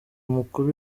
umukuru